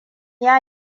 ya